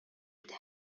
иде